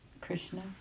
Krishna